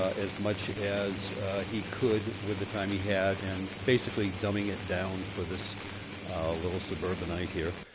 as much as he could with the time he had and basically dumbing it down for this little suburbanite here.